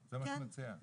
זה מה שאת מציעה.